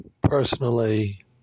personally